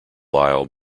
lyle